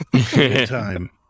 Time